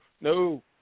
no